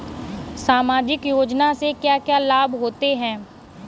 सामाजिक योजना से क्या क्या लाभ होते हैं?